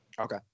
Okay